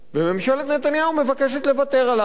וממשלת נתניהו מבקשת לוותר עליו,